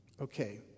Okay